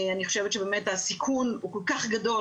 אני חושבת שהסיכון הוא כל כך גדול,